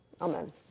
Amen